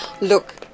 Look